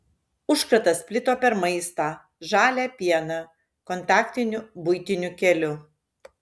užkratas plito per maistą žalią pieną kontaktiniu buitiniu keliu